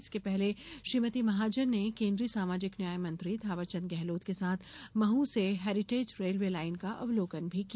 इसके पहले श्रीमती महाजन ने केन्द्रीय सामाजिक न्याय मंत्री थांवरचंद गेहलोत के साथ महू से हेरीटेज रेलवे लाईन का अवलोकन भी किया